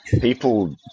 people